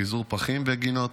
פיזור פחים בגינות,